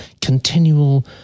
continual